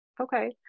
Okay